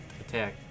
attack